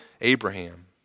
Abraham